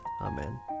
Amen